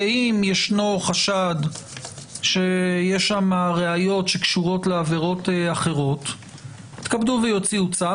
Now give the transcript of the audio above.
ואם ישנו חשד שיש שם ראיות שקשורות לעבירות אחרות יתכבדו ויוציאו צו?